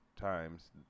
times